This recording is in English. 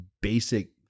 basic